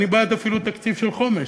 אני אפילו בעד תקציב של חומש,